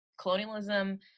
colonialism